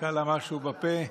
נתקע לה משהו בפה?